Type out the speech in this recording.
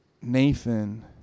Nathan